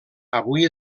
avui